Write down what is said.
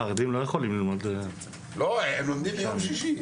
הם לומדים ביום שישי.